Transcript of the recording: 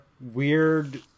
weird